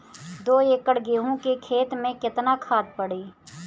दो एकड़ गेहूँ के खेत मे केतना खाद पड़ी?